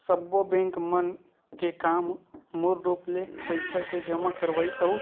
सब्बो बेंक मन के काम मूल रुप ले पइसा के जमा करवई अउ